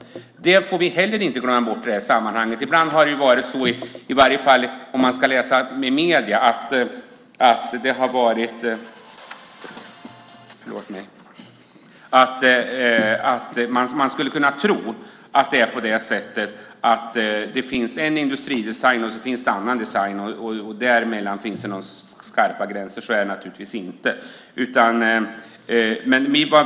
Det får vi inte heller glömma bort i sammanhanget. Ibland har det framgått i medierna att det finns en industridesign och sedan finns det en annan design och att det däremellan finns skarpa gränser. Så är det naturligtvis inte.